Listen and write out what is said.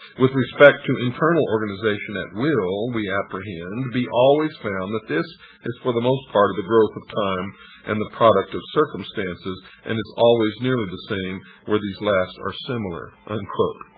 with respect to internal organization it will, we apprehend, be always found that this is for the most part of the growth of time and the product of circumstances and it always nearly the same where these last are similar. and